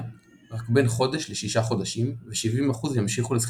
רק בין חודש ל6 חודשים ו70% ימשיכו לסכיזופרניה,